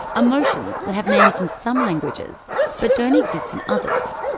emotions that have names in some languages but don't exist in others.